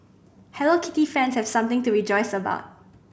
Hello Kitty fans have something to rejoice about